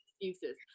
excuses